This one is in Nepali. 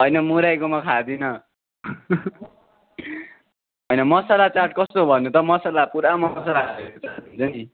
होइन मुरहीको म खादिँन होइन मसाला चाट कस्तो हो भन्नु त मसाला पुरा मसाला हालेको हुन्छ नि